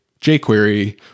jQuery